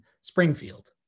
Springfield